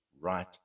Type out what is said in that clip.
Right